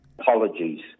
Apologies